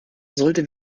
sollte